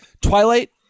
Twilight